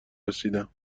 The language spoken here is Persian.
رسیدم